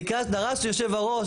דרש יושב הראש,